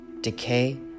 Decay